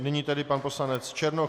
Nyní tedy pan poslanec Černoch.